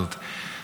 הזו,